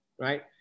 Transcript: right